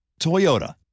Toyota